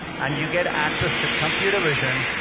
and you get access to computer vision,